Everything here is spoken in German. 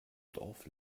dorf